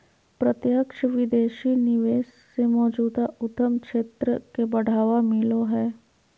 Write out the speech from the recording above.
प्रत्यक्ष विदेशी निवेश से मौजूदा उद्यम क्षेत्र के बढ़ावा मिलो हय